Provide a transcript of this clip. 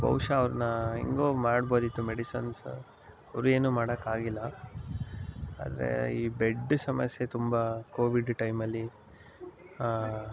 ಬಹುಶಃ ಅವ್ರನ್ನ ಹೇಗೋ ಮಾಡ್ಬೋದಿತ್ತು ಮೆಡಿಸನ್ಸ್ ಅವರೇನು ಮಾಡೋಕ್ಕಾಗಿಲ್ಲ ಆದರೆ ಈ ಬೆಡ್ ಸಮಸ್ಯೆ ತುಂಬ ಕೋವಿಡ್ ಟೈಮಲ್ಲಿ